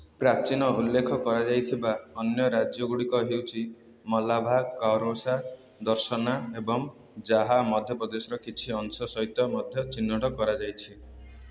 ପ୍ରାଚୀନ ଉଲ୍ଲେଖ କରାଯାଇଥିବା ଅନ୍ୟ ରାଜ୍ୟ ଗୁଡ଼ିକ ହେଉଛି ମଲାଭା କାରୁଶା ଦସର୍ଣ୍ଣା ଏବଂ ଯାହା ମଧ୍ୟପ୍ରଦେଶର କିଛି ଅଂଶ ସହିତ ମଧ୍ୟ ଚିହ୍ନଟ କରାଯାଇଛି